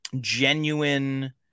genuine